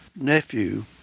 nephew